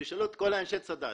תשאלו את כל אנשי צד"ל,